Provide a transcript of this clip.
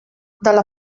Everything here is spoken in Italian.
dalla